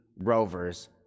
Rover's